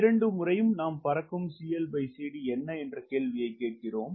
இரண்டு முறையும் நாம் பறக்கும் CLCD என்ன என்ற கேள்வியைக் கேட்கிறோம்